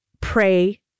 pray